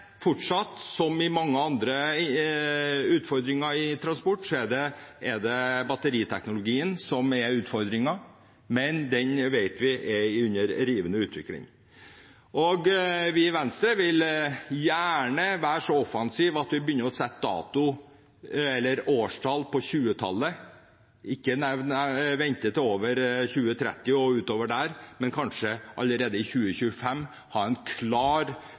fortsatt batteriteknologien som er utfordringen, men den vet vi er under rivende utvikling. Vi i Venstre vil gjerne være så offensive at vi begynner å sette dato eller årstall, på 2020-tallet – ikke vente til 2030 og utover det – men kanskje allerede i 2025 ha en klar